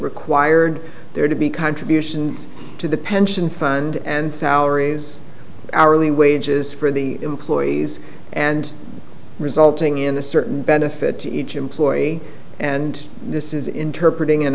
required there to be contributions to the pension fund and salaries hourly wages for the employees and resulting in a certain benefit to each employee and this is interpret